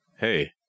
Hey